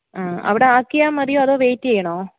ആ അവിടെ ആക്കിയാൽ മതിയോ അതോ വെയിറ്റ് ചെയ്യണോ